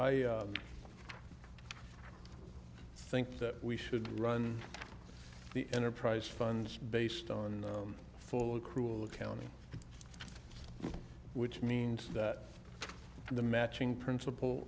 i think that we should run the enterprise funds based on full cruel accounting which means that the matching principle